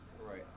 Right